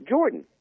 Jordan